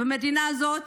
במדינה הזאת